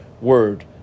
word